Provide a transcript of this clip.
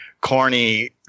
corny